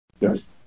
Yes